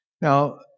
Now